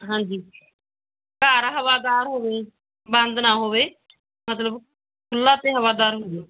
ਹਾਂਜੀ ਘਰ ਹਵਾਦਾਰ ਹੋਵੇ ਬੰਦ ਨਾ ਹੋਵੇ ਮਤਲਬ ਖੁੱਲ੍ਹਾ ਅਤੇ ਹਵਾਦਾਰ ਹੋਵੇ